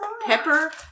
Pepper